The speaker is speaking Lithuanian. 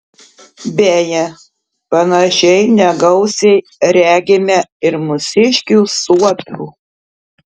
beje panašiai negausiai regime ir mūsiškių suopių